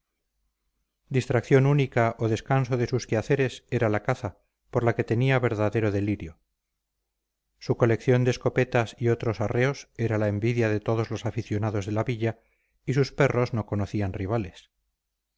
distracción única o descanso de sus quehaceres era la caza por la que tenía verdadero delirio su colección de escopetas y otros arreos era la envidia de todos los aficionados de la villa y sus perros no conocían rivales